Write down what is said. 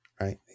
right